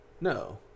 No